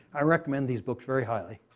i recommend these books very highly.